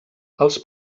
els